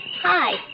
Hi